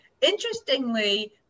interestingly